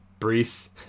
Brees